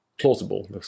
plausible